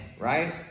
right